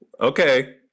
Okay